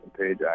page